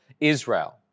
Israel